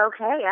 Okay